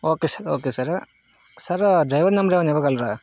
okay sir okay sir sir driver number ఏమైన్నా ఇవ్వగలరా